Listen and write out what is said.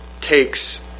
takes